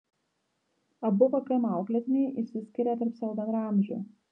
abu vkm auklėtiniai išsiskiria tarp savo bendraamžių